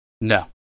No